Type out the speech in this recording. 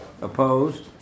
Opposed